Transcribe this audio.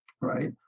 right